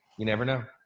you never know.